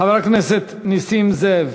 חבר הכנסת נסים זאב,